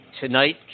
Tonight